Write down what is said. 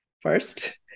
first